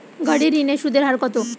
গাড়ির ঋণের সুদের হার কতো?